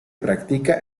practica